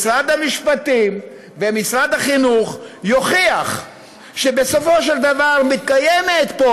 משרד המשפטים ומשרד החינוך יוכיחו שבסופו של דבר מתקיימת פה,